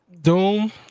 Doom